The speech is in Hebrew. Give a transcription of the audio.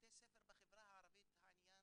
בבתי ספר בחברה הערבית העניין